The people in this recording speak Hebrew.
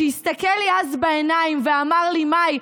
שהסתכל לי אז בעיניים ואמר לי: מאי,